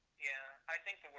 yeah, i think